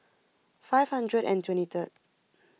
five hundred and twenty third